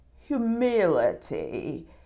humility